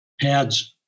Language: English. pads